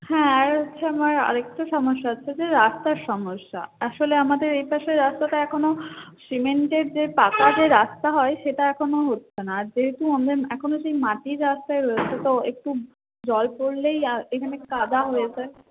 হ্যাঁ আর হচ্ছে আমার আর একটা সমস্যা হচ্ছে যে রাস্তার সমস্যা আসলে আমাদের এ পাশের রাস্তাটা এখনও সিমেন্টের যে পাকা যে রাস্তা হয় সেটা এখনও হচ্ছে না আর যেহেতু এখনও সেই মাটির রাস্তাই রয়েছে তো একটু জল পড়লেই আর এখানে কাদা হয়ে যায়